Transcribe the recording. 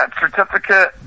certificate